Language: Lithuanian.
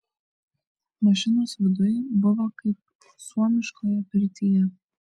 mašinos viduj buvo kaip suomiškoje pirtyje